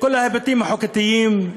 כל ההיבטים החוקתיים,